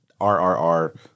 RRR